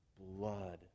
blood